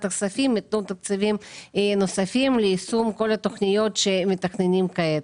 הכספים יתנו תקציבים נוספים ליישום כל התוכניות שמתכננים כעת.